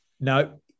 No